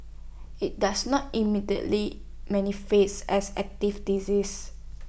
IT does not immediately manifest as active disease